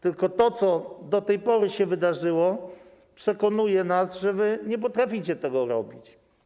Tylko to, co do tej pory się wydarzyło, przekonuje nas, że wy nie potraficie tego robić.